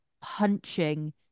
punching